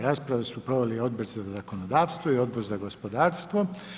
Raspravu su proveli Odbor za zakonodavstvo i Odbor za gospodarstvo.